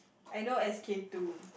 I know S_K-two